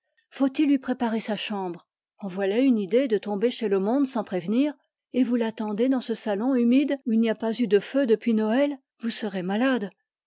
faut-il lui préparer sa chambre en voilà une idée de tomber chez le monde sans prévenir et vous l'attendez dans ce salon humide où il n'y a pas eu de feu depuis noël vous serez malade